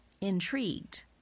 intrigued